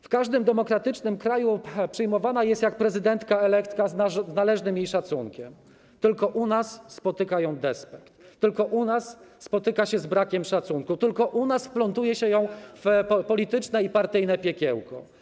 W każdym demokratycznym kraju przyjmowana jest jak prezydentka elektka, z należnym jej szacunkiem, tylko u nas spotyka ją despekt, tylko u nas spotyka się z brakiem szacunku, tylko u nas wplątuje się ją w polityczne i partyjne piekiełko.